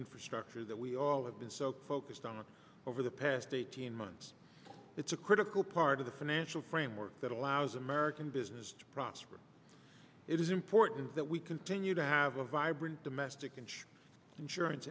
infrastructure that we we all have been so focused on over the past eighteen months it's a critical part of the financial framework that allows american business to prosper it is important that we continue to have a vibrant domestic and insurance